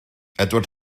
edward